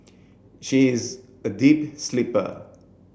she is a deep sleeper